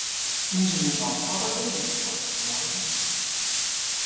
nižnij novgorode įvyko ir pirmoji diskusija